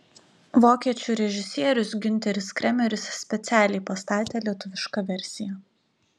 vokiečių režisierius giunteris kremeris specialiai pastatė lietuvišką versiją